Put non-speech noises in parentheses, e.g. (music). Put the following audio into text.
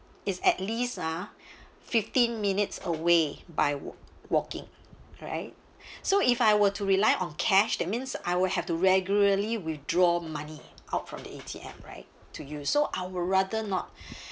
is at least ah fifteen minutes away by wa~ walking right (breath) so if I were to rely on cash that means I will have to regularly withdraw money out from the A_T_M right to use so I will rather not